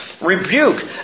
rebuke